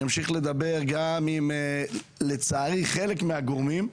אני אמשיך לדבר גם אם לצערי חלק מהגורמים,